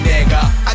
Nigga